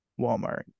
Walmart